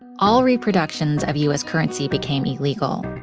all reproductions of u s. currency became illegal,